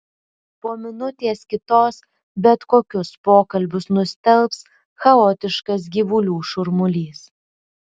po minutės kitos bet kokius pokalbius nustelbs chaotiškas gyvulių šurmulys